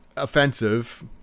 offensive